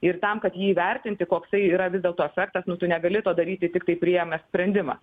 ir tam kad jį įvertinti koksai yra vis dėlto efektas nu tu negali to daryti tiktai priėmęs sprendimą